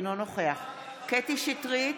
אינו נוכח קטי קטרין שטרית,